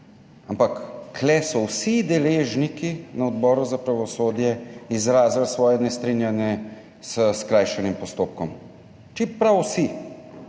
Ampak so vsi deležniki na Odboru za pravosodje izrazili svoje nestrinjanje s skrajšanim postopkom, prav vsi.